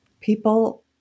People